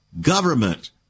Government